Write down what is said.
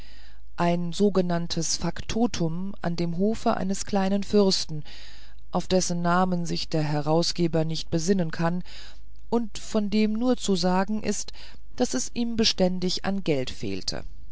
ein sogenanntes faktotum an dem hofe eines kleinen fürsten auf dessen namen sich der herausgeber nicht besinnen kann und von dem nur zu sagen ist daß es ihm beständig an geld fehlte